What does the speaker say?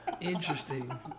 Interesting